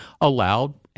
allowed